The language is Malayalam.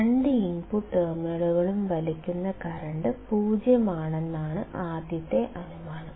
രണ്ട് ഇൻപുട്ട് ടെർമിനലുകളും വലിക്കുന്ന കറൻറ് 0 ആണെന്നാണ് ആദ്യത്തെ അനുമാനം